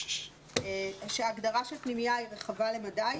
כאשר ההגדרה "פנימייה" רחבה למדי.